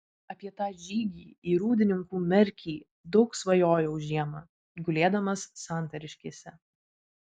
apie tą žygį į rūdninkų merkį daug svajojau žiemą gulėdamas santariškėse